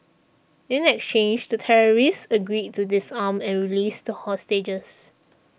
in exchange the terrorists agreed to disarm and released the hostages